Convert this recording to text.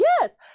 Yes